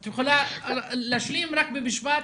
את יכולה להשלים רק במשפט